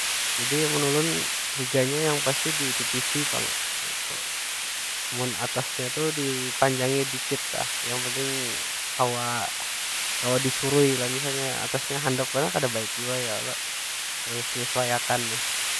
Jadi mun ulun, higanya yang pasti ditipisi pang, kaytu. Mun atasnya tu dipanjangi dikit lah, yang penting kawa- kawa disuruh lah. Misalnya atasnya handap banar, kada baik jua ya kalo? Harus menyesuaiakan nih.